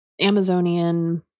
Amazonian